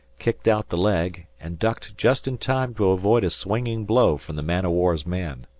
kicked out the leg, and ducked just in time to avoid a swinging blow from the man-o'-war's man.